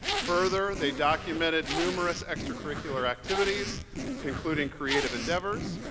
further, they documented numerous extracurricular activities including creative endeavors,